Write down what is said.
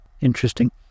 Interesting